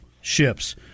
ships